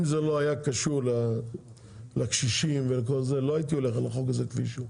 אם זה לא היה קשור לקשישים ולכל זה לא הייתי הולך על החוק הזה כפי שהוא.